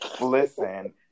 Listen